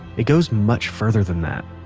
it goes much further than that.